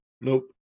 Nope